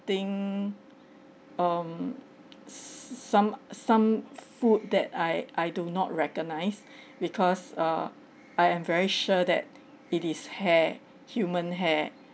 thing um some some food that I I do not recognise because uh I am very sure that it is hair human hair